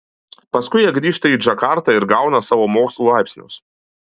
paskui jie grįžta į džakartą ir gauna savo mokslo laipsnius